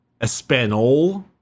Espanol